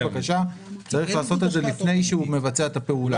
בקשה צריך לעשות את זה לפני שהוא מבצע את הפעולה.